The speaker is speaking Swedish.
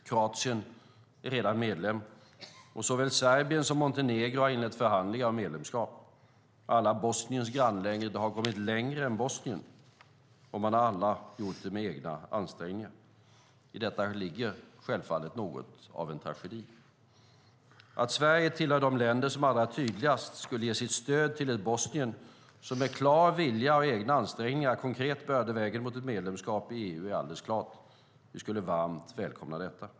Kroatien är redan medlem, och såväl Serbien som Montenegro har inlett förhandlingar om medlemskap. Alla Bosniens grannländer har kommit längre än Bosnien, och man har alla gjort det med egna ansträngningar. I detta ligger självfallet något av en tragedi. Att Sverige tillhör de länder som allra tydligast skulle ge sitt stöd till ett Bosnien som med klar vilja och egna ansträngningar konkret började vägen mot ett medlemskap i EU är alldeles klart. Vi skulle varmt välkomna detta.